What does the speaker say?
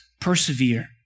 persevere